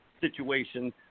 situation